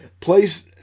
place